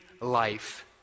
life